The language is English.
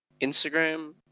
Instagram